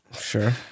sure